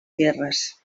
guerres